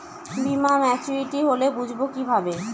বীমা মাচুরিটি হলে বুঝবো কিভাবে?